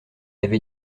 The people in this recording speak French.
avait